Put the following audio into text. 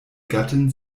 gattin